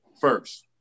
First